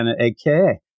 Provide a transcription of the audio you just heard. AKA